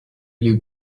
you